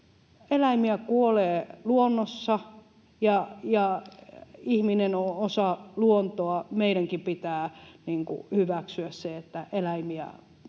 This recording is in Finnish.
Eläimiä kuolee luonnossa, ja ihminen on osa luontoa. Meidänkin pitää hyväksyä se, että eläimiä